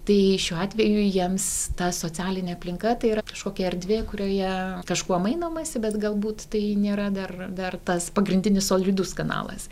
tai šiuo atveju jiems ta socialinė aplinka tai yra kažkokia erdvė kurioje kažkuo mainomasi bet galbūt tai nėra dar dar tas pagrindinis solidus kanalas